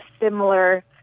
similar